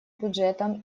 бюджетом